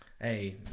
hey